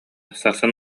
сарсын